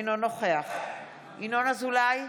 אינו נוכח ינון אזולאי,